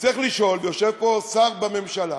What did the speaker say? וצריך לשאול, ויושב פה שר בממשלה: